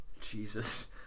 Jesus